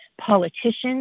politicians